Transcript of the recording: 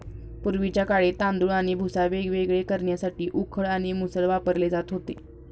पूर्वीच्या काळी तांदूळ आणि भुसा वेगवेगळे करण्यासाठी उखळ आणि मुसळ वापरले जात होते